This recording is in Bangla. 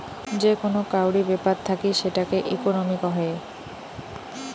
যে কোন কাউরি ব্যাপার থাকি সেটাকে ইকোনোমি কহে